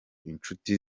inshuti